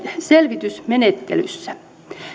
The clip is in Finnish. selvitysmenettelyssä